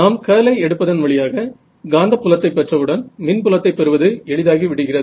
நாம் கர்லை எடுப்பதன் வழியாக காந்தப்புலத்தை பெற்றவுடன் மின் புலத்தை பெறுவது எளிதாகி விடுகிறது